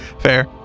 Fair